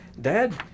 Dad